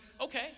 okay